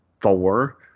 Thor